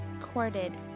corded